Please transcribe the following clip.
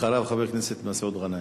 אחריו חבר הכנסת מסעוד גנאים.